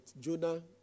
Jonah